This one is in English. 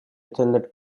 attended